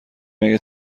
مگه